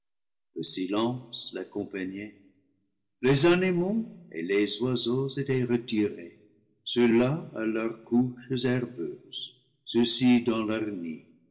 le silence l'accompagnait les animaux et les oiseaux étaient retirés ceuxlà à leurs couches herbeuses ceux-ci dans leurs nids